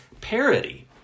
parody